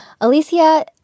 Alicia